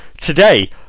today